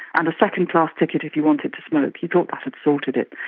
and a second class ticket if you wanted to smoke. he thought that had sorted it,